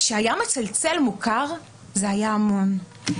שהיה מצלצל מוכר, זה היה המון.